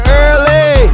early